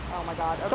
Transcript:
oh my god, okay.